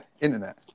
internet